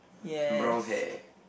brown hair